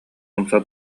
умса